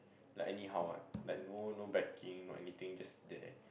like anyhow one like no no backing or anything just there